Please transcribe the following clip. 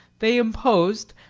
they imposed,